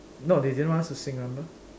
no they didn't want us to sing remember